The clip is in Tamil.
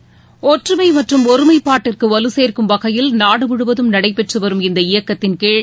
செகண்ட்ஸ் ஒற்றுமை மற்றும் ஒருமைப்பாட்டிற்கு வலுசேர்க்கும் வகையில் நாடுமுழுவதும் நடைபெற்று வரும் இந்த இயக்கத்தின்கீழ்